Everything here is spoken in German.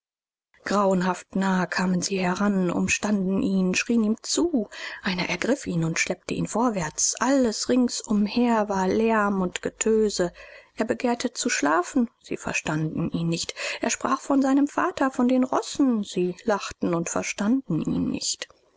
grauenhaft nah kamen sie heran umstanden ihn schrien ihm zu einer ergriff ihn und schleppte ihn vorwärts alles ringsumher war lärm und getöse er begehrte zu schlafen sie verstanden ihn nicht er sprach von seinem vater von den rossen sie lachten und verstanden ihn nicht